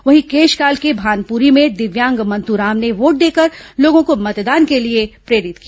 वहीं केशकाल के भानपुरी में दिव्यांग मंतूराम ने वोट देकर लोगों को मतदान के लिए प्रेरित किया